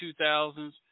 2000s